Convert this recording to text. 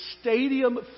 stadium